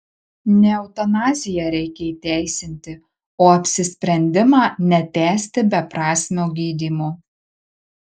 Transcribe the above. ne eutanaziją reikia įteisinti o apsisprendimą netęsti beprasmio gydymo